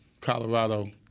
Colorado